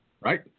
right